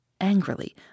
Angrily